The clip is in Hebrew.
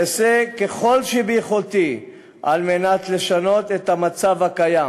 אעשה ככל שביכולתי על מנת לשנות את המצב הקיים.